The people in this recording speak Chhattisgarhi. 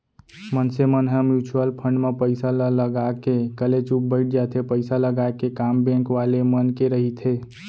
मनसे मन ह म्युचुअल फंड म पइसा ल लगा के कलेचुप बइठ जाथे पइसा लगाय के काम बेंक वाले मन के रहिथे